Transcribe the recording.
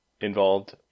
involved